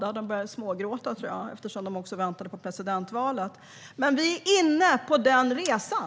Då hade de börjat smågråta, tror jag, eftersom de också väntade på presidentvalet. Men vi är inne på den resan.